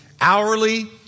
hourly